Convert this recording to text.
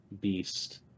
beast